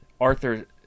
Arthur